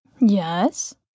Yes